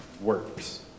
works